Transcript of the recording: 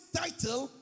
title